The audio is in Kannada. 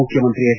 ಮುಖ್ಯಮಂತ್ರಿ ಹೆಚ್